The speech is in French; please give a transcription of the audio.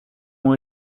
ont